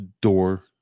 door